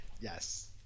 yes